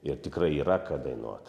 ir tikrai yra ką dainuot